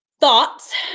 thoughts